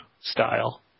style